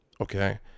okay